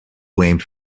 blamed